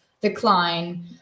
decline